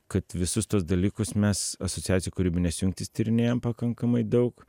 kad visus tuos dalykus mes asociacijoj kūrybinės jungtys tyrinėjam pakankamai daug